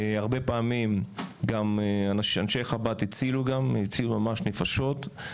הרבה פעמים גם אנשי חב"ד הצילו ממש נפשות.